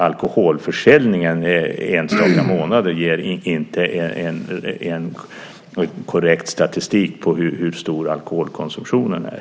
Alkoholförsäljningen under enstaka månader ger inte en korrekt statistik på hur stor alkoholkonsumtionen är.